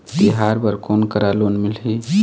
तिहार बर कोन करा लोन मिलही?